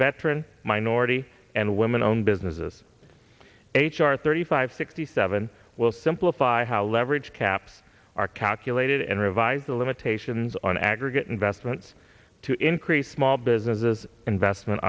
veteran minority and women owned businesses h r thirty five sixty seven will simplify how leveraged caps are calculated and revise the limitations on aggregate investments to increase small businesses investment